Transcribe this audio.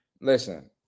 Listen